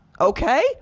okay